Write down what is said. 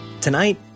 tonight